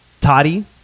Toddy